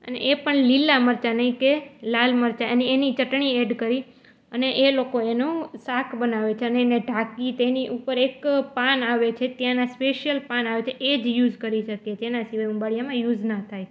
અને એ પણ લીલા મરચાંની કે લાલ મરચાંની અને એની ચટણી એડ કરી એ લોકો એનું શાક બનાવે છે અને ઢાંકી તેની ઉપર એક પાન આવે છે ત્યાંના સ્પેશ્યલ પાન આવે છે એ જ યુઝ કરી શકે છે અને એના સિવાય ઉંબાડિયામાં યુઝ ના થાય